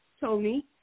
Tony